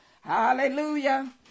Hallelujah